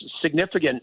significant